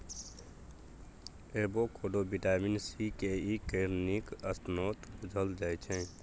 avocado vitamin C, K, E केर नीक स्रोत बुझल जाइ छै